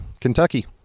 Kentucky